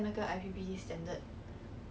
orh ya ya ya ya that time my brother